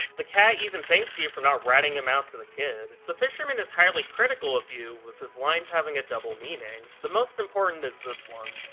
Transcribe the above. the cat even thanks you for not ratting him out to the kid. the fisherman is highly critical of you, with his lines having a double meaning. the most important is this one.